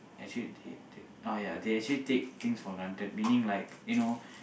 actually take take oh ya they actually take things for granted meaning like you know